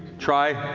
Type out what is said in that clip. try.